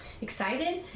excited